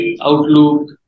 Outlook